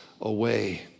away